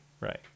Right